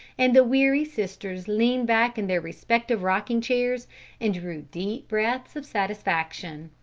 and the weary sisters leaned back in their respective rocking-chairs and drew deep breaths of satisfaction.